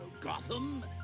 Gotham